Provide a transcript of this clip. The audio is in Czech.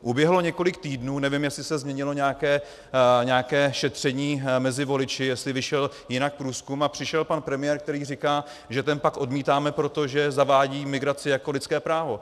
Uběhlo několik týdnů, nevím, jestli se změnilo nějaké šetření mezi voliči, jestli vyšel jinak průzkum, a přišel pan premiér, který říká, že ten pakt odmítáme, protože zavádí migraci jako lidské právo.